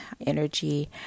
energy